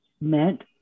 meant